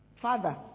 father